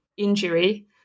injury